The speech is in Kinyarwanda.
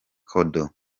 kodo